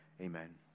Amen